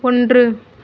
ஒன்று